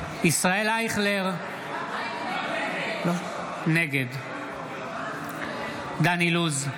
אייכלר, נגד דן אילוז,